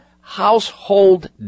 household